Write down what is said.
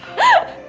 no!